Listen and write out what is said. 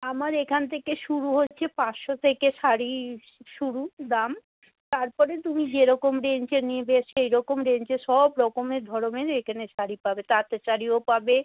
আমার এখান থেকে শুরু হচ্ছে পাঁচশো থেকে শাড়ি শুরু দাম তারপরে তুমি যেরকম রেঞ্জের নিবে সেই রকম রেঞ্জের সব রকমের ধরনের এখানে শাড়ি পাবে তাঁতের শাড়িও পাবে